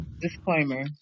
disclaimer